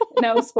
no